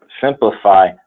simplify